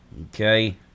Okay